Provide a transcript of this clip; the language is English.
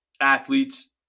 athletes